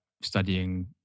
studying